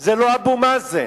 זה לא אבו מאזן,